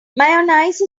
mayonnaise